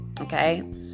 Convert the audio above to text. okay